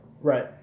Right